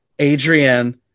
Adrienne